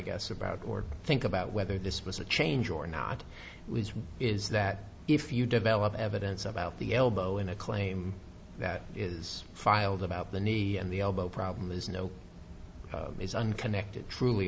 guess about or think about whether this was a change or not is that if you develop evidence about the elbow in a claim that is filed about the knee and the elbow problem is no one connected truly